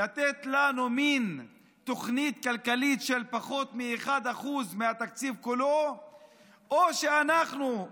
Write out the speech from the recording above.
לתת לנו מין תוכנית כלכלית של פחות מ-1% מהתקציב כולו או שאנחנו,